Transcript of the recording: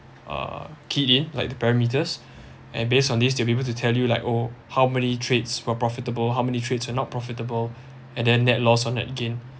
uh key in like the parameters and based on this they'll be able to tell you like oh how many trades for profitable how many trades are not profitable and then net loss or net gain